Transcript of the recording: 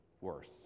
worse